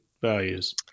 values